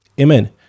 Amen